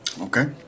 Okay